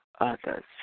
others